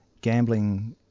gambling